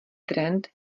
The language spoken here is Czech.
trend